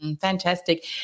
Fantastic